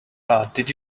did